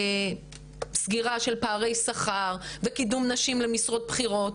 סגירה של פערי שכר וקידום נשים למשרות בכירות,